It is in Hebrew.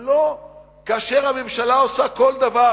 אבל לא כאשר הממשלה עושה כל דבר,